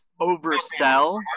oversell